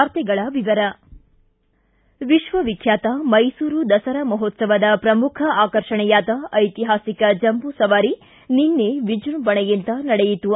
ವಾರ್ತೆಗಳ ವಿವರ ವಿಕ್ಷವಿಖ್ಯಾತ ಮೈಸೂರು ದಸರಾ ಮಹೋತ್ಪವದ ಶ್ರಮುಖ ಆಕರ್ಷಣೆಯಾದ ಐತಿಹಾಸಿಕ ಜಂಬೂ ಸವಾರಿ ನಿನ್ನೆ ವಿಜೃಂಭಣೆಯಿಂದ ನಡೆಯಿತು